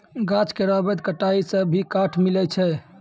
गाछ केरो अवैध कटाई सें भी काठ मिलय छै